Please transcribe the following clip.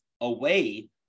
away